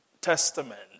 Testament